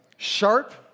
sharp